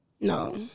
No